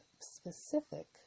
specific